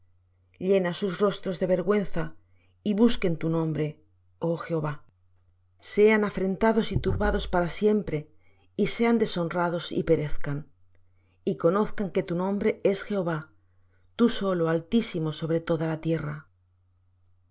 tu torbellino llena sus rostros de vergüenza y busquen tu nombre oh jehová sean afrentados y turbados para siempre y sean deshonrados y perezcan y conozcan que tu nombre es jehova tú solo altísimo sobre toda la tierra al